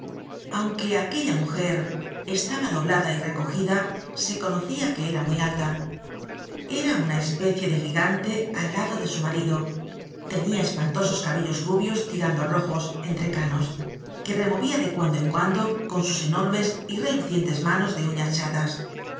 aunque aquella mujer estaba doblada y recogida se conocia que era muy alta era una especie de gigante al lado de su marido tenia espantosos cabellos rubios tirando á rojos entrecanos que removia de cuando en cuando con sus enormes y relucientes manos de uñas chatas